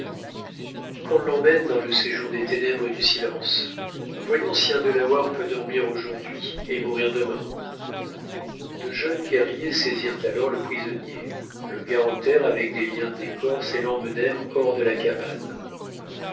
qu'on l'emmène dans le séjour des ténèbres et du silence voyons si un delaware peut dormir aujourd'hui et mourir demain de jeunes guerriers saisirent alors le prisonnier le garrottèrent avec des liens d'écorce et l'emmenèrent hors de la cabane